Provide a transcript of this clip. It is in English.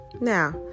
Now